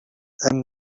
hem